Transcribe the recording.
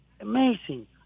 amazing